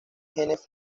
genes